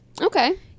okay